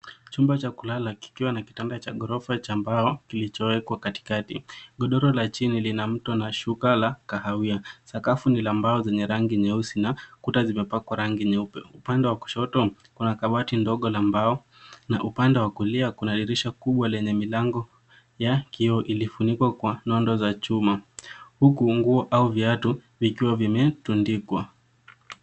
Chumba cha kulala kikiwa na kitanda cha ghorofa cha mbao kilichowekwa katikati. Godoro la chini lina mto na shuka la kahawia. Sakafu ni la mbao zenye rangi nyeusi na kuta zimepakwa rangi nyeupe. Upande wa kushoto, kuna kabati ndogo la mbao na upande wa kulia, kuna dirisha kubwa lenye milango ya kioo iliyofunikwa kwa nondo za chuma, huku nguo au viatu vikiwa vimetundikwa.